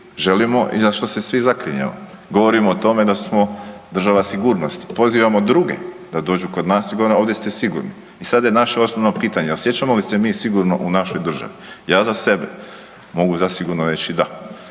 želimo i na što se svi zaklinjemo. Govorimo o tome da smo država sigurnosti. Pozivamo druge da dođu kod nas i govorimo ovdje ste sigurni. I sada je naše osnovno pitanje, osjećamo li se mi sigurno u našoj državi? Ja za sebe mogu zasigurno reći da.